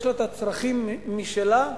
יש לה צרכים משלה,